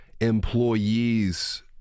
employees